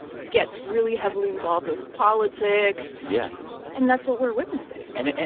gets really heavily involved with politics yeah and that's what we're witnessing and,